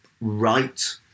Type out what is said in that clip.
right